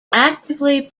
actively